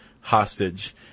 hostage